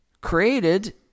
created